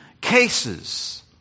cases